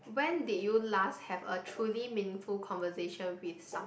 when did you last have a truly meaningful conversation with someone